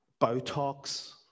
Botox